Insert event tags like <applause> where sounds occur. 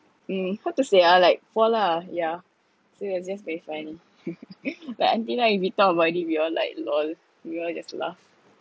um how to say ah like fall ah yeah so it was just very funny <laughs> but until now if talk about it we all like LOL we all just laugh